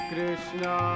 Krishna